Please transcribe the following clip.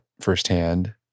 firsthand